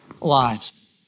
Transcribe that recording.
lives